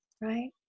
right